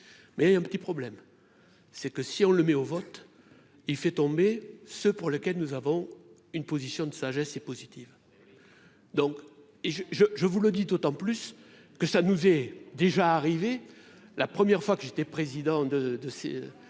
mais un petit problème, c'est que si on le met au vote, il fait tomber ce pour lequel nous avons une position de sagesse et positives donc et je, je, je vous le dis d'autant plus que ça nous est déjà arrivé la première fois que j'étais président de de